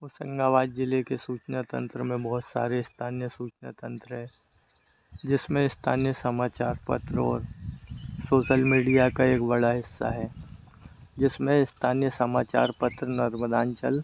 होशंगाबाद जिले के सूचना तंत्र में बहुत सारे स्थानीय सूचना तंत्र है जिसमें स्थानीय समाचार पत्र और सोसल मीडिया का एक बड़ा हिस्सा है जिसमें स्थानीय समाचार पत्र नर्मदांचल